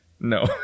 no